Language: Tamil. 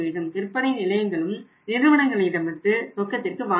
விற்பனை நிலையங்களும் நிறுவனங்களிடமிருந்து ரொக்கத்திற்கு வாங்க வேண்டும்